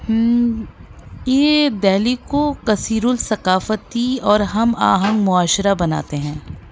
یہ دلی کو کثیر الثقافتی اور ہم آہنگ معاشرہ بناتے ہیں